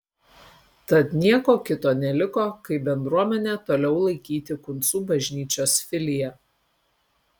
tad nieko kito neliko kaip bendruomenę toliau laikyti kuncų bažnyčios filija